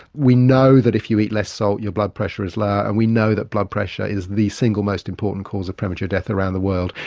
we know that if you eat less salt your blood pressure is lower, and we know that blood pressure is the single most important cause of premature death around the world.